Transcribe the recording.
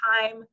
time